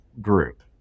group